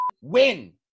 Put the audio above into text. win